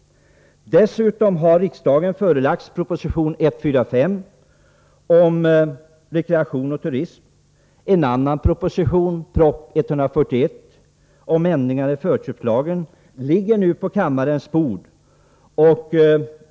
Dessutom har riksdagen förelagts proposition 145 om rekreation och turism. En annan proposition, proposition 141, om ändringar i förköpslagen ligger också på kammarens bord.